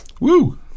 Woo